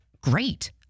great